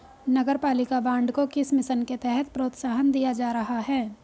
नगरपालिका बॉन्ड को किस मिशन के तहत प्रोत्साहन दिया जा रहा है?